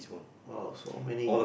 !wow! so many